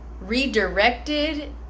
redirected